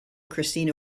christina